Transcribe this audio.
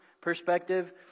perspective